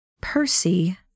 Percy